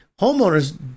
homeowners